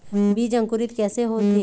बीज अंकुरित कैसे होथे?